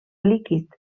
líquid